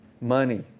money